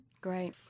Great